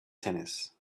tennis